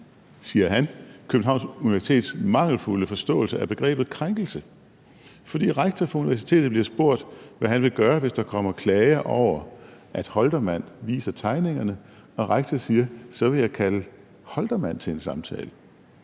siger han – Københavns Universitets mangelfulde forståelse af begrebet krænkelse. For rektor for universitetet bliver spurgt om, hvad han vil gøre, hvis der kommer klager over, at Jakob Holtermann viser tegningerne, og rektor siger, at så vil han kalde Holtermann til en samtale.